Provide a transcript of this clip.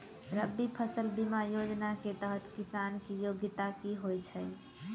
रबी फसल बीमा योजना केँ तहत किसान की योग्यता की होइ छै?